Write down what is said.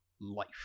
life